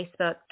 Facebook